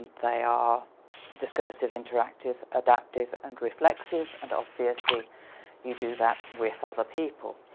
they are discursive, interactive, adaptive and reflective and obviously you do that with other people